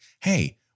hey